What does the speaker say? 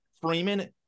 Freeman